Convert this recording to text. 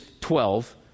twelve